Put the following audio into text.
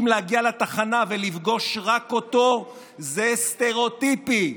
להגיע לתחנה ולפגוש רק אותו זה סטריאוטיפי,